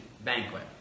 banquet